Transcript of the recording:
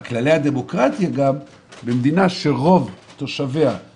גם לגבי ההתנחלויות תגידי ככה, לתת להם?